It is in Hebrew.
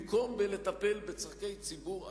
במקום בלטפל בצורכי ציבור אמיתיים,